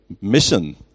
mission